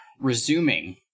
resuming